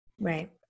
Right